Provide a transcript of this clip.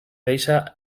deixa